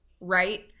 right